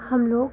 हम लोग